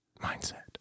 mindset